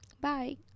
bye